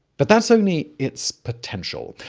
but that's only its potential.